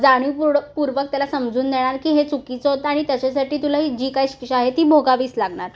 जा जाणीवपूर्णक पूर्वक त्याला समजून देणार की हे चुकीचं होतं आणि त्याच्यासाठी तुला जी काही शिक्षा आहे ती भोगावीच लागणार